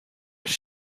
does